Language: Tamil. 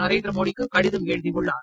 நரேந்திர மோடிக்கு கடிதம் எழுதியுள்ளார்